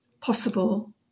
possible